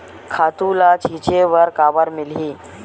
खातु ल छिंचे बर काबर मिलही?